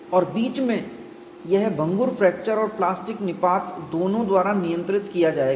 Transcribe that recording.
और बीच में यह भंगुर फ्रैक्चर और प्लास्टिक निपात दोनों द्वारा नियंत्रित किया जाएगा